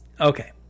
okay